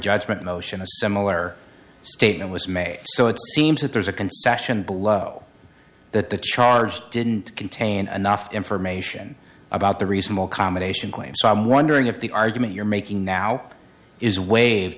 judged motion a similar statement was made so it seems that there's a concession below that the charge didn't contain enough information about the reasonable combination claim so i'm wondering if the argument you're making now is waived